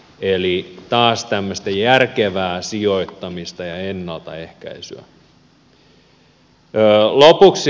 eli taas tämmöistä järkevää sijoittamista ja ennaltaehkäisyä